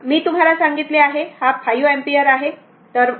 मी तुम्हाला सांगितले आहे हा 5 अँपिअर आहे